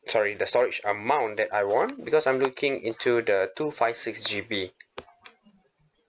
sorry the storage amount that I want because I'm looking into the two five six G_B